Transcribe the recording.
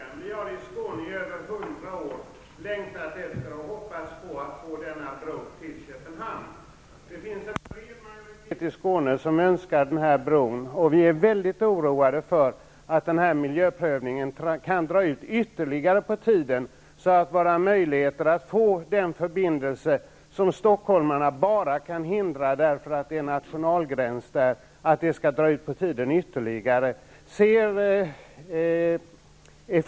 Herr talman! Jag vill följa upp föregående fråga. Vi i Skåne har i över 100 år längtat efter och hoppats på att det skall bli en bro över till Köpenhamn. Det finns en bred majoritet i Skåne som önskar att bron skall byggas. Vi är nu väldigt oroade för att denna miljöprövning kan dra ut ytterligare på tiden, så att tidpunkten för förverkligandet av denna förbindelse, som stockholmarna kan hindra enbart för att det råkar röra sig om en nationalgräns, förskjuts.